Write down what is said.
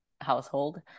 household